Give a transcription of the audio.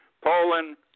Poland